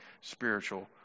spiritual